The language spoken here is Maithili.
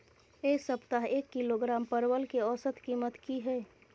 ऐ सप्ताह एक किलोग्राम परवल के औसत कीमत कि हय?